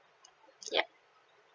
ya